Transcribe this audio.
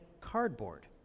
cardboard